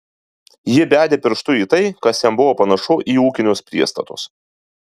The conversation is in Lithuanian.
ji bedė pirštu į tai kas jam buvo panašu į ūkinius priestatus